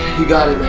you got